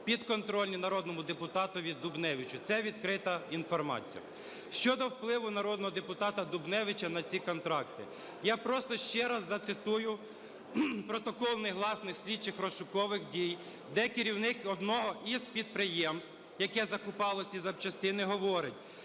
підконтрольні народному депутату Дубневичу, це відкрита інформація. Щодо впливу народного депутата Дубневича на ці контракти, я просто ще раз зацитую протокол негласних слідчих розшукових дій, де керівник одного із підприємств, яке закупало ці запчастини, говорить,